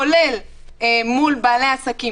כולל מול בעלי עסקים,